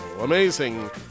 amazing